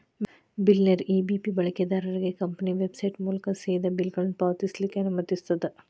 ಬಿಲ್ಲರ್ನೇರ EBP ಬಳಕೆದಾರ್ರಿಗೆ company website ಮೂಲಕಾ ಸೇದಾ ಬಿಲ್ಗಳನ್ನ ಪಾವತಿಸ್ಲಿಕ್ಕೆ ಅನುಮತಿಸ್ತದ